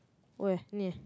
where ini eh